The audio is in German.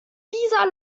dieser